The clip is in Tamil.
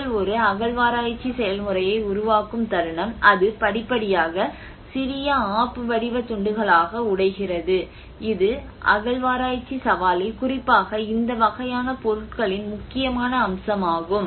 நீங்கள் ஒரு அகழ்வாராய்ச்சி செயல்முறையை உருவாக்கும் தருணம் அது படிப்படியாக சிறிய ஆப்பு வடிவ துண்டுகளாக உடைகிறது இது அகழ்வாராய்ச்சி சவாலில் குறிப்பாக இந்த வகையான பொருட்களின் முக்கியமான அம்சமாகும்